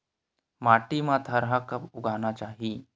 माटी मा थरहा कब उगाना चाहिए?